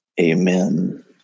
Amen